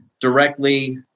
directly